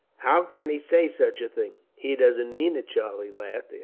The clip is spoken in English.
how can he say such a thing? he doesn't mean it, charlie laughed.